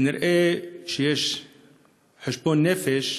כנראה שיש חשבון נפש,